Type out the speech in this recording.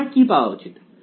তাই আমার কি পাওয়া উচিত